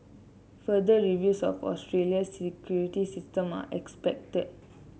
further reviews of Australia's security system are expected